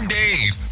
days